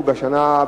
שנה,